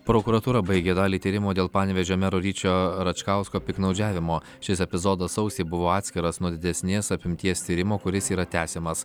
prokuratūra baigė dalį tyrimo dėl panevėžio mero ryčio račkausko piktnaudžiavimo šis epizodas sausį buvo atskiras nuo didesnės apimties tyrimo kuris yra tęsiamas